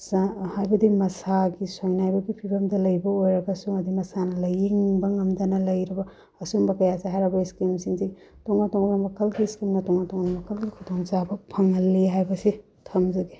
ꯍꯥꯏꯕꯗꯤ ꯃꯁꯥꯒꯤ ꯁꯣꯏꯅꯥꯏꯕꯒꯤ ꯐꯤꯕꯝꯗ ꯂꯩꯕ ꯑꯣꯏꯔꯒꯁꯨ ꯑꯗꯨꯗꯩ ꯃꯁꯥꯅ ꯂꯥꯏꯌꯦꯡꯕ ꯉꯝꯗꯅ ꯂꯩꯔꯕ ꯑꯁꯨꯝꯕ ꯀꯌꯥꯁꯤ ꯍꯥꯏꯔꯕꯗꯤ ꯁ꯭ꯀꯤꯝꯁꯤꯡꯁꯦ ꯇꯣꯉꯥꯟ ꯇꯣꯉꯥꯟꯕ ꯃꯈꯜꯒꯤ ꯇꯣꯉꯥꯟ ꯇꯣꯉꯥꯟꯕ ꯃꯈꯜꯒꯤ ꯁ꯭ꯀꯤꯝꯅ ꯇꯣꯉꯥꯟ ꯇꯣꯉꯥꯟꯕ ꯃꯈꯜꯒꯤ ꯈꯨꯗꯣꯡ ꯆꯥꯕ ꯐꯪꯍꯜꯂꯤ ꯍꯥꯏꯕꯁꯤ ꯊꯝꯖꯒꯦ